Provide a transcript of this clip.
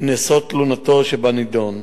נשוא תלונתו שבנדון.